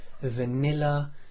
vanilla